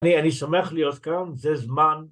אני שומח להיות כאן, זה זמן...